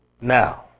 now